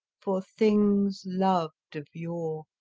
for things loved of yore